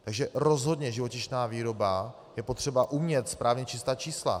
Takže rozhodně živočišná výroba je potřeba umět správně číst ta čísla.